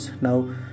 now